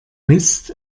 mist